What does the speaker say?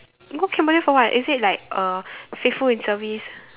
go Cambodia for what is it like uh faithful in service